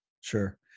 Sure